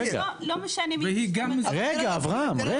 אברהם,